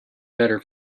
better